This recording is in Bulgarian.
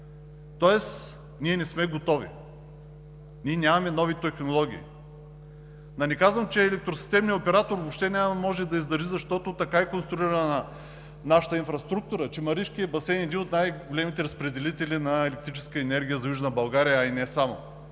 Тоест ние не сме готови! Ние нямаме нови технологии. Да не казвам, че електросистемният оператор въобще няма да може да издържи, защото така е конструирана нашата инфраструктура, че Маришкият басейн е един от най-големите разпределители на електрическа енергия за Южна България, а и не само.